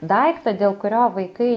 daiktą dėl kurio vaikai